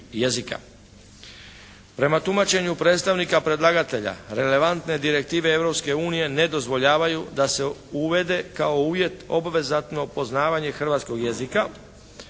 Prema tumačenju predstavnika predlagatelja relevantne direktive Europske unije ne dozvoljavaju da se uvede kao uvjet obavezatno poznavanje hrvatskoj jezika